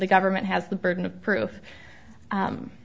the government has the burden of proof